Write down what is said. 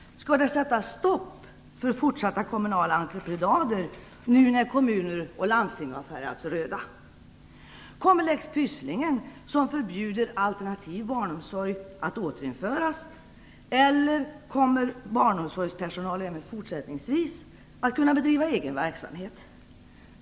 Skall det sättas stopp för fortsatta kommunala entreprenader nu när kommuner och landsting har färgats röda? Kommer lex Pysslingen, som förbjuder alternativ barnomsorg, att återinföras eller kommer barnomsorgspersonal även fortsättningsvis att kunna bedriva egen verksamhet?